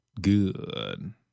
Good